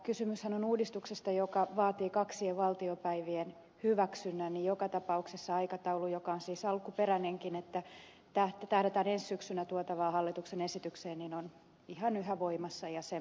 kysymyshän on uudistuksesta joka vaatii kaksien valtiopäivien hyväksynnän ja joka tapauksessa aikataulu joka on siis alkuperäinenkin että tähdätään ensi syksynä tuotavaan hallituksen esitykseen on yhä ihan voimassa ja sen